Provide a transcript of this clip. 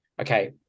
okay